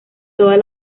todas